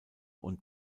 und